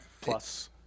plus